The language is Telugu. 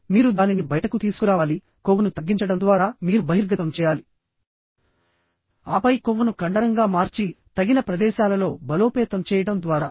మీరు దానిని బయటకు తీసుకురావాలి కొవ్వును తగ్గించడం ద్వారా మీరు బహిర్గతం చేయాలి ఆపై కొవ్వును కండరంగా మార్చి తగిన ప్రదేశాలలో బలోపేతం చేయడం ద్వారా